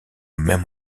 même